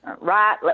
right